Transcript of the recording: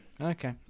okay